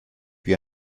wie